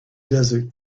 desert